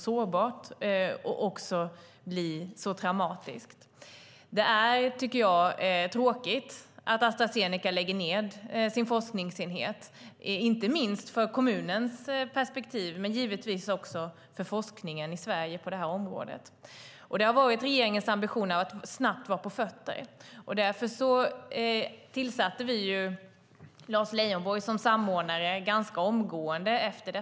Jag tycker att det är tråkigt att Astra Zeneca lägger ned sin forskningsenhet. Det gäller inte minst ur kommunens perspektiv men det är givetvis också tråkigt för forskningen i Sverige på det här området. Det har varit regeringens ambition att snabbt vara på fötter, och därför tillsatte vi ganska omgående efter detta Lars Leijonborg som samordnare.